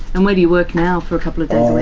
and where do you work now for a couple of days